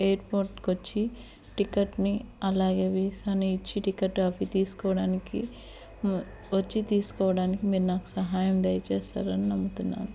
ఎయిర్పోర్ట్కి వచ్చి టిక్కెట్ని అలాగే వీసాని ఇచ్చి టిక్కెట్ అవి తీసుకోవడానికి వచ్చి తీసుకోవడానికి మీరు నాకు సహాయం దయచేస్తారని నమ్ముతున్నాను